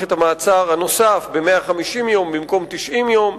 את המעצר הנוסף ב-150 יום במקום ב-90 יום.